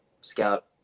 scout